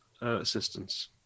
assistance